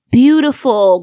beautiful